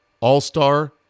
All-Star